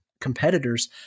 competitors